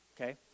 okay